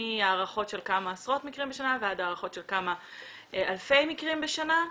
מהערכות של כמה עשרות מקרים בשנה ועד הערכות של כמה אלפי מקרים בשנה.